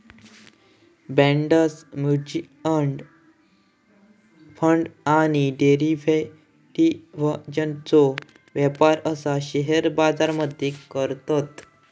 bonds, mutual fund आणि डेरिव्हेटिव्ह्जचो व्यापार पण शेअर बाजार मध्ये करतत